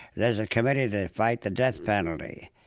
there's a committee to fight the death penalty,